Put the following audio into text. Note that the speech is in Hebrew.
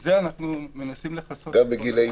ובזה אנחנו מנסים לכסות את כל --- גם בגילים